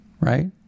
right